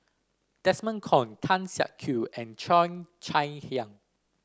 Desmond Kon Tan Siak Kew and Cheo Chai Hiang